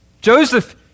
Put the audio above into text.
Joseph